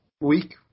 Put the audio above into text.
week